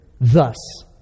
thus